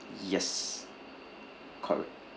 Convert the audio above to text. yes correct